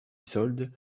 soldes